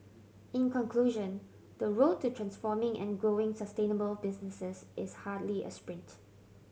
in conclusion the road to transforming and growing sustainable businesses is hardly a sprint